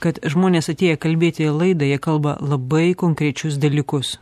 kad žmonės atėję kalbėti į laidą jie kalba labai konkrečius dalykus